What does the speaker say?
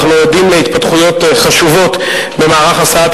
אנחנו עדים להתפתחויות חשובות במערך הסעת